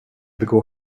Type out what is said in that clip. begå